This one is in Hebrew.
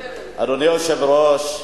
אדוני היושב-ראש,